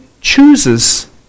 chooses